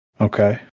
Okay